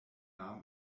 nahm